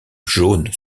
jaune